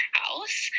house